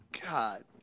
God